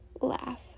laugh